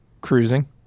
Cruising